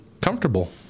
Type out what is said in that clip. Comfortable